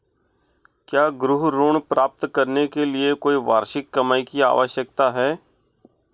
क्या गृह ऋण प्राप्त करने के लिए कोई वार्षिक कमाई की आवश्यकता है?